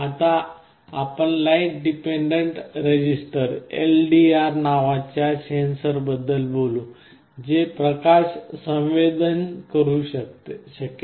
आता आपण light dependent resistor LDR नावाच्या सेन्सरबद्दल बोलू जे प्रकाश संवेदन करू शकेल